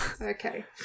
okay